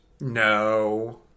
No